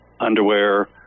underwear